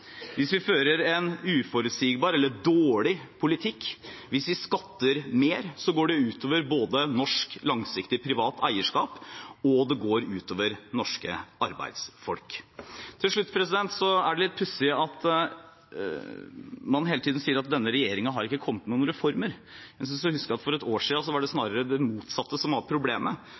Hvis vi fører en uforutsigbar eller dårlig politikk, hvis vi skatter mer, går det ut over både norsk langsiktig privat eierskap og norske arbeidsfolk. Til slutt: Det er litt pussig at man hele tiden sier at denne regjeringen ikke har kommet med noen reformer. Jeg synes å huske at for et år siden var det snarere det motsatte som var problemet.